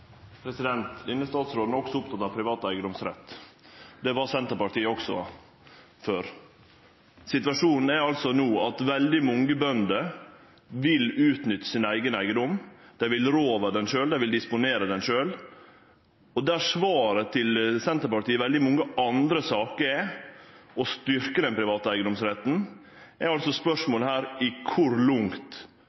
Denne statsråden er også oppteken av privat eigedomsrett. Det var Senterpartiet også – før. Situasjonen er no at veldig mange bønder vil utnytte sin eigen eigedom. Dei vil rå over han sjølve, dei vil disponere han sjølve. Og der svaret til Senterpartiet i veldig mange andre saker er å styrkje den private eigedomsretten, er altså spørsmålet her kor langt